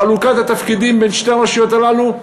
חלוקת התפקידים בין שתי הרשויות הללו,